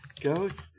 Ghost